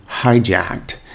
hijacked